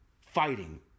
fighting